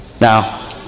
Now